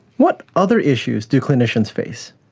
what other issues do clinicians face?